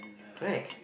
correct